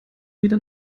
wieder